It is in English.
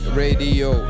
radio